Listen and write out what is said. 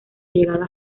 llegada